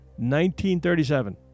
1937